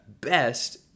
best